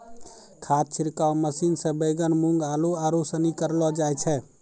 खाद छिड़काव मशीन से बैगन, मूँग, आलू, आरू सनी करलो जाय छै